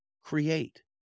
create